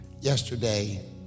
Yesterday